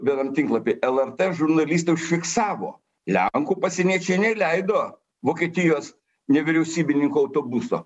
vienam tinklapy lrt žurnalistai užfiksavo lenkų pasieniečiai neįleido vokietijos nevyriausybininkų autobuso